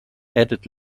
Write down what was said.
added